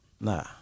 Nah